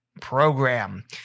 program